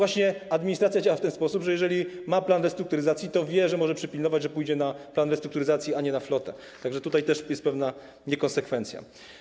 Administracja działa w ten sposób, że jeżeli ma plan restrukturyzacji, to wie, że może przypilnować, że pójdzie na plan restrukturyzacji, a nie na flotę, tak że tutaj też jest pewna niekonsekwencja.